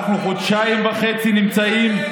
אנחנו חודשיים וחצי נמצאים,